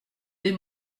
des